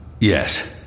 Yes